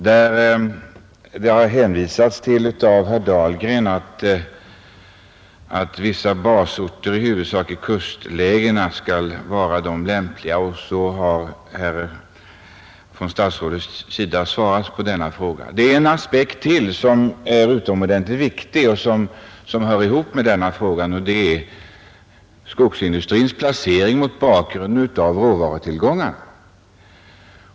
Herr Dahlgren har hänvisat till att vissa basorter i huvudsak i kustlägena skall vara de lämpliga, och så har statsrådet svarat på hans fråga. Det är en aspekt till som är utomordentligt viktig och som hör ihop med denna fråga, nämligen skogsindustrins placering mot bakgrunden av råvarutillgångarna.